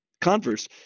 converse